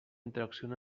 interacciona